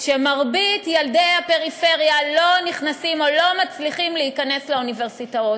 שמרבית ילדי הפריפריה לא נכנסים או לא מצליחים להיכנס לאוניברסיטאות.